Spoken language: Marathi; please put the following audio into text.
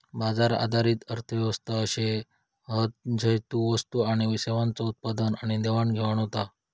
बाजार आधारित अर्थ व्यवस्था अशे हत झय वस्तू आणि सेवांचा उत्पादन आणि देवाणघेवाण होता